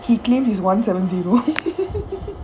he claimed he's one seven zero